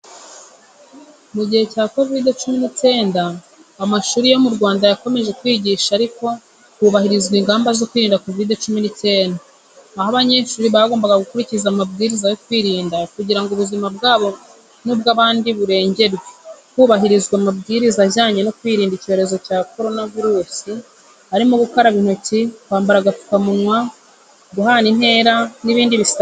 Mu gihe cya kovide cumi n'icyenda amashuri yo mu Rwanda yakomeje kwigisha ariko hubahirizwa ingamba zo kwirinda COVID-19, aho abanyeshuri bagombaga gukurikiza amabwiriza yo kwirinda kugira ngo ubuzima bwabo n’ubw’abandi burengerwe, hubahirizwa amabwiriza ajyanye no kwirinda icyorezo cya koronavirusi arimo gukaraba intoki, kwambara agapfukamunwa, guhana intera, n’ibindi bisabwa n’ubuyobozi.